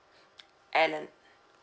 alan